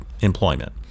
employment